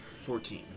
Fourteen